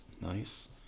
nice